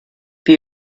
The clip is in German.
wie